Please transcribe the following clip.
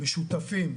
שותפים לכך,